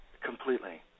completely